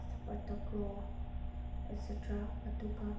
ꯁꯄꯥꯠ ꯇꯥꯀ꯭ꯔꯨ ꯑꯦꯛꯁꯦꯇ꯭ꯔꯥ ꯑꯗꯨꯒ